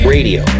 Radio